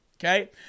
Okay